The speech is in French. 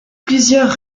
plusieurs